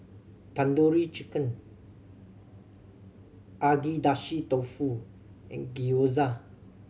Tandoori Chicken Agedashi Dofu and Gyoza